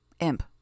Imp